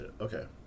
Okay